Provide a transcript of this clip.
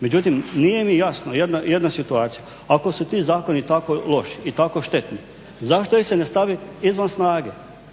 Međutim, nije mi jasno jedna situacija ako su ti zakoni tako loši i tako štetni zašto ih se ne stavi izvan snage?